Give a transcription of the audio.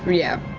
yeah.